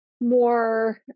more